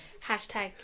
Hashtag